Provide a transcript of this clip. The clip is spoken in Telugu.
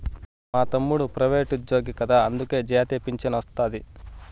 మా తమ్ముడు ప్రైవేటుజ్జోగి కదా అందులకే జాతీయ పింఛనొస్తాది